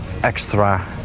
extra